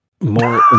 more